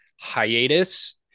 hiatus